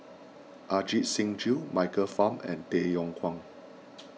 Ajit Singh Gill Michael Fam and Tay Yong Kwang